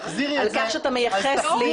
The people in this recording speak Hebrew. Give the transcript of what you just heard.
את מה שאתה מייחס לי.